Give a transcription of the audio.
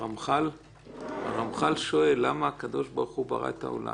הרמח"ל שואל: למה הקב"ה ברא את העולם?